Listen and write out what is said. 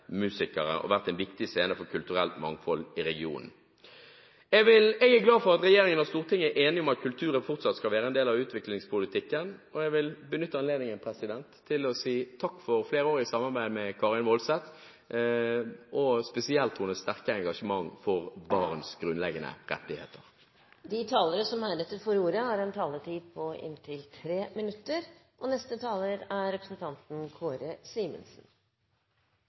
kulturelt mangfold i regionen. Jeg er glad for at regjeringen og Stortinget er enige om at kulturen fortsatt skal være en del av utviklingspolitikken. Jeg vil benytte anledningen til å si takk for flerårig samarbeid med Karin S. Woldseth – spesielt hennes sterke engasjement for barns grunnleggende rettigheter. De talere som heretter får ordet, har en taletid på inntil 3 minutter. Mandag og